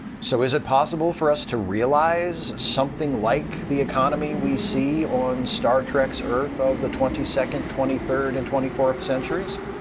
so, is it possible for us to realize something like the economy we see on star trek's earth of the twenty second, twenty third and twenty fourth centuries?